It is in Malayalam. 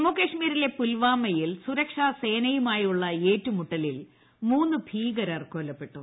ജമ്മുകാശ്മീരിലെ പുൽവാമയിൽ സുരക്ഷാസേനയു മായുള്ള ഏറ്റുമുട്ടലിൽ മൂന്ന് ഭീകരർ കൊല്ലപ്പെട്ടു